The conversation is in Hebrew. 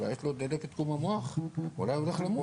אולי יש לו דלקת קרום המוח, אולי הוא הולך למות.